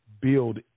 build